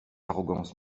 arrogance